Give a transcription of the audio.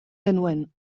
genuen